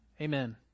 Amen